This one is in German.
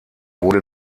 wurde